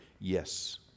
yes